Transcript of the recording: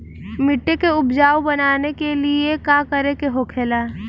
मिट्टी के उपजाऊ बनाने के लिए का करके होखेला?